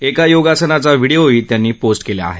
एका योगासनाचा व्हिडीओही त्यांनी पोस्ट केला आहे